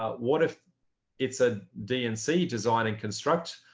ah what if it's a dnc design and construct,